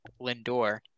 Lindor